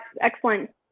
excellent